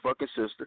sister